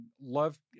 love